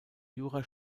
jura